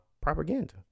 propaganda